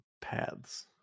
paths